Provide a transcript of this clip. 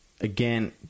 again